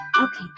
Okay